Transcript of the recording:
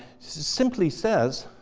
simply says,